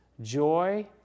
joy